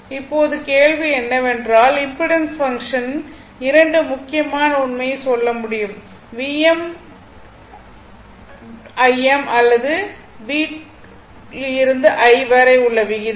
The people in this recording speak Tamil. இப்போது கேள்வி என்னவென்றால் இம்பிடன்ஸ் பங்க்ஷன் 2 முக்கியமான உண்மையை சொல்ல வேண்டும் Vm to Im அல்லது V to I இன் விகிதம்